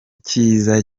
cyiza